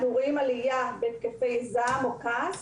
מדובר בהתקפי זעם או כעס.